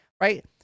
right